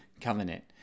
covenant